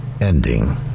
ending